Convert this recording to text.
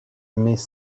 mais